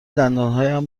دندانهایم